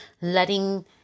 letting